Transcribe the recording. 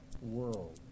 world